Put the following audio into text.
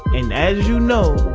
and as you know,